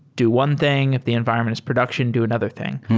do one thing. if the environment is production, do another thing.